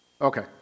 Okay